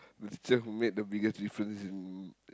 the teacher who made the biggest difference in